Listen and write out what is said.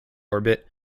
orbit